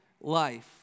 life